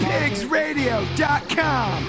PigsRadio.com